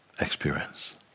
experience